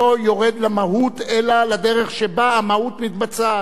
שלא יורד למהות אלא לדרך שבה המהות מתבצעת,